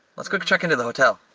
let's go check into the hotel.